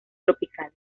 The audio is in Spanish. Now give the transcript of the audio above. tropicales